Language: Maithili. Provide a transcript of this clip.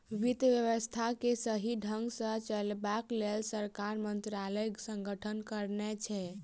वित्त व्यवस्था के सही ढंग सॅ चलयबाक लेल सरकार मंत्रालयक गठन करने छै